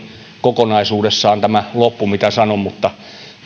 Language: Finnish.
kokonaisuudessaan tämä loppu mitä sanon mutta